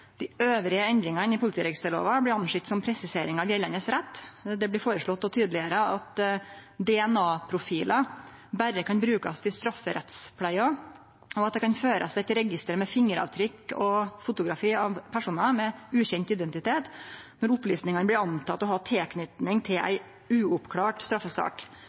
Dei andre endringane i politiregisterlova blir sett på som presiseringar av gjeldande rett. Det blir føreslått å tydeleggjere at DNA-profilar berre kan brukast i strafferettspleia, og at det kan førast eit register med fingeravtrykk og fotografi av personar med ukjend identitet når ein mistenkjer at opplysningane kan ha tilknyting til ei uoppklart straffesak.